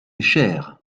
cher